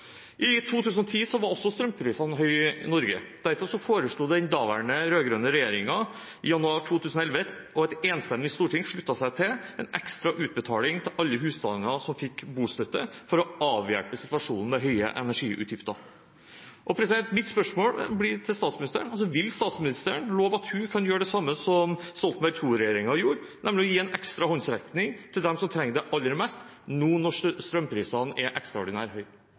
i forhold til inntekt. I 2010 var også strømprisene høye i Norge. Derfor foreslo den daværende rød-grønne regjeringen i januar 2011, og et enstemmig storting sluttet seg til, en ekstra utbetaling til alle husstander som fikk bostøtte, for å avhjelpe situasjonen med høye energiutgifter. Mitt spørsmål til statsministeren blir: Vil statsministeren love at hun kan gjøre det samme som Stoltenberg II-regjeringen gjorde, nemlig å gi en ekstra håndsrekning til dem som trenger det aller mest, nå når strømprisene er